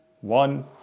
one